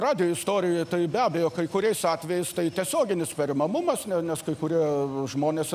radijo istorijoje tai be abejo kai kuriais atvejais tai tiesioginis perimamumas nes kai kurie žmonės